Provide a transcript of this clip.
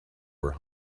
where